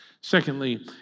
Secondly